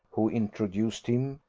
who introduced him,